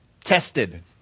tested